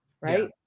right